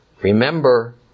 remember